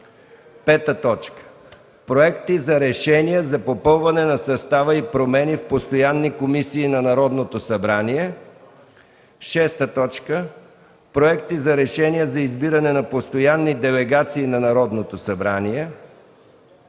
кодекс. 5. Проекти за решения за попълване на състава и промени в постоянните комисии на Народното събрание. 6. Проекти за решения за избиране на постоянни делегации на Народното събрание.